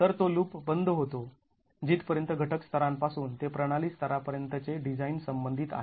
तर तो लूप बंद होतो जिथपर्यंत घटक स्तरांपासून ते प्रणाली स्तरांपर्यंतचे डिझाईन संबंधित आहे